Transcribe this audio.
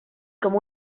com